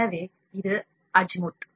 எனவே இது அஜிமுத்